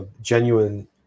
genuine